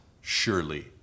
surely